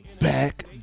Back